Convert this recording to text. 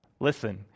Listen